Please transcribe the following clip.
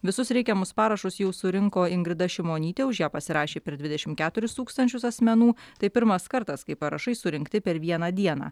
visus reikiamus parašus jau surinko ingrida šimonytė už ją pasirašė per dvidešimt keturis tūkstančius asmenų tai pirmas kartas kai parašai surinkti per vieną dieną